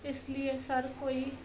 ਇਸ ਲੀਏ ਸਰ ਕੋਈ